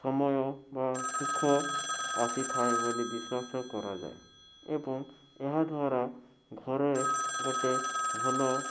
ସମୟ ବା ସୁଖ ଆସିଥାଏ ବୋଲି ବିଶ୍ଵାସ କରାଯାଏ ଏବଂ ଏହାଦ୍ଵାରା ଘରେ ଗୋଟେ ଭଲ